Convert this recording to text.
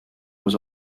was